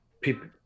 people